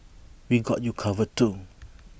we got you covered too